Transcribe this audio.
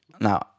now